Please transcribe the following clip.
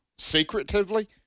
Secretively